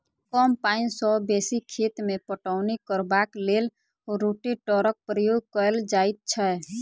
कम पाइन सॅ बेसी खेत मे पटौनी करबाक लेल रोटेटरक प्रयोग कयल जाइत छै